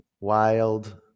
Wild